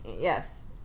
yes